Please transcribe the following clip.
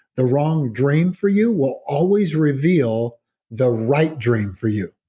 the wrong dream for you will always reveal the right dream for you.